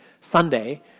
Sunday